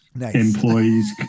employees